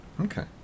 Okay